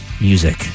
Music